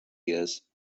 years